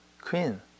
queen